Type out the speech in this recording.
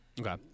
Okay